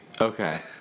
Okay